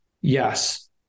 Yes